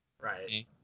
Right